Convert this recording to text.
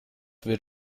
wird